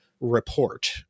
Report